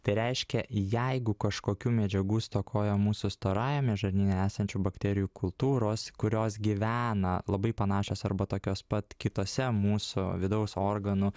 tai reiškia jeigu kažkokių medžiagų stokoja mūsų storajame žarnyne esančių bakterijų kultūros kurios gyvena labai panašios arba tokios pat kitose mūsų vidaus organų